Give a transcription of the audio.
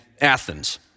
Athens